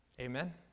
Amen